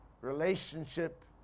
relationship